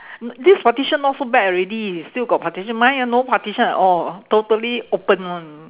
t~ this partition not so bad already still got partition mine ah no partition at all totally open one